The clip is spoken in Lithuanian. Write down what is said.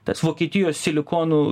tas vokietijos silikonų